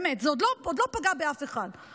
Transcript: באמת, זה עוד לא פגע באף אחד.